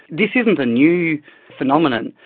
this isn't a new phenomenon.